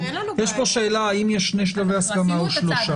יש פה שאלה האם יש שני שלבי הסכמה או שלושה.